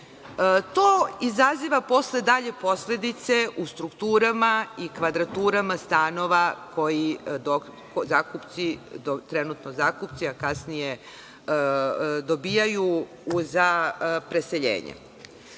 To izaziva posle dalje posledice u strukturama i kvadraturama stanova koji trenutni zakupci, a kasnije dobijaju za preseljenje. Nepravde